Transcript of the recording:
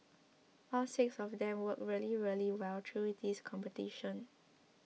all six of them worked really really well through this competition